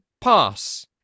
pass